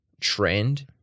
trend